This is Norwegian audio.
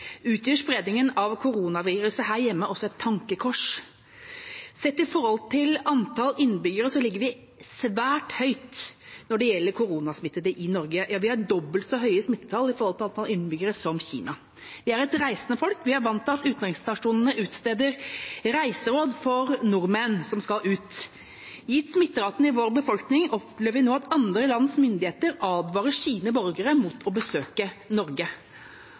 utgjør spredningen av koronaviruset her hjemme også et tankekors. Sett i forhold til antall innbyggere ligger vi svært høyt når det gjelder koronasmittede i Norge. Vi har dobbelt så høye smittetall som Kina i forhold til antall innbyggere. Vi er et reisende folk. Vi er vant til at utenriksstasjonene utsteder reiseråd for nordmenn som skal ut. Gitt smitteraten i vår befolkning opplever vi nå at andre lands myndigheter advarer sine borgere mot å besøke Norge.